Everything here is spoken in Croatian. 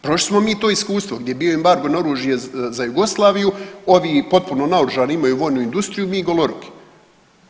Prošli smo mi to iskustvo gdje je bio embargo na oružje za Jugoslaviju, ovi potpuno naoružani, imaju vojnu industriju mi goloruki.